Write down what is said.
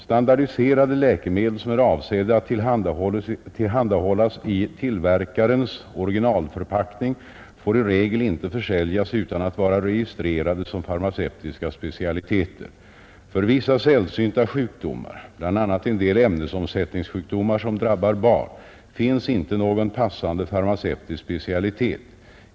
Standardiserade läkemedel som är avsedda att tillhandahållas i tillverkarens originalförpackning får i regel inte försäljas utan att vara registrerade som farmaceutiska specialiteter. För vissa sällsynta sjukdomar, bl.a. en del ämnesomsättningssjukdomar som drabbar barn, finns inte någon passande farmaceutisk specialitet.